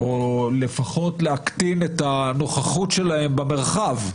או לפחות להקטין את הנוכחות שלהם במרחב.